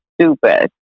stupid